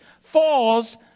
falls